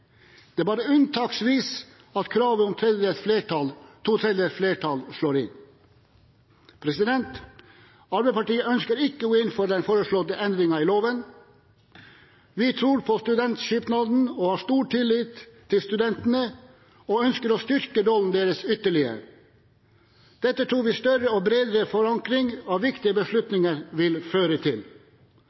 slår inn. Arbeiderpartiet ønsker ikke å gå inn for den foreslåtte endringen i loven. Vi tror på Studentsamskipnaden og har stor tillit til studentene og ønsker å styrke rollen deres ytterligere. Dette tror vi større og bredere forankring av viktige beslutninger vil føre til.